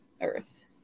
Earth